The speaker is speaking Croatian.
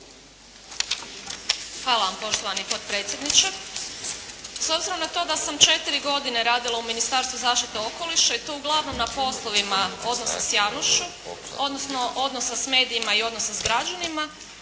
Hvala vam poštovani potpredsjedniče. S obzirom na to da sam četiri godine radila u Ministarstvu zaštite okoliša i to uglavnom na poslovima odnosa s javnošću, odnosno odnosa s medijima i odnosa s građanima,